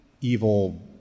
evil